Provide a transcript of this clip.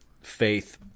faith